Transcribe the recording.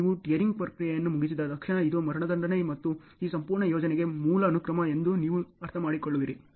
ನೀವು ಟೀಯರಿಂಗ್ ಪ್ರಕ್ರಿಯೆಯನ್ನು ಮುಗಿಸಿದ ತಕ್ಷಣ ಇದು ಮರಣದಂಡನೆ ಮತ್ತು ಈ ಸಂಪೂರ್ಣ ಯೋಜನೆಗೆ ಮೂಲ ಅನುಕ್ರಮ ಎಂದು ನೀವು ಅರ್ಥಮಾಡಿಕೊಳ್ಳುವಿರಿ